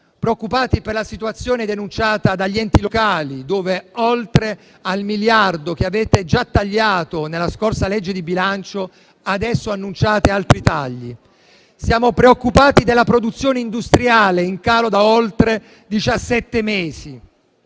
preoccupati per la situazione denunciata dagli enti locali, visto che, oltre al miliardo che avete già tagliato nella scorsa legge di bilancio, adesso annunciate altri tagli. Siamo preoccupati per la produzione industriale, in calo da oltre